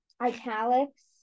Italics